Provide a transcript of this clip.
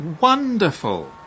wonderful